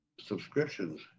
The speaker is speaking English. subscriptions